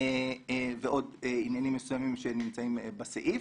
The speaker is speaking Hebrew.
ועוד עניינים מסוימים שנמצאים בסעיף,